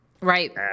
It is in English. Right